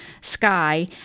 Sky